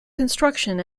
construction